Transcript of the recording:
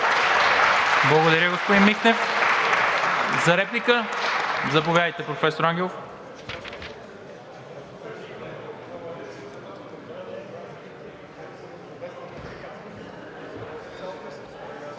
Благодаря, господин Михнев. За реплика? Заповядайте, професор Ангелов.